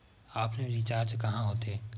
Offline recharge कहां होथे?